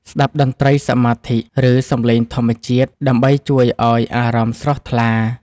ស្ដាប់តន្ត្រីសមាធិ ឬសំឡេងធម្មជាតិ ដើម្បីជួយឱ្យអារម្មណ៍ស្រស់ថ្លា។